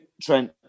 Trent